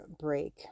break